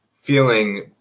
feeling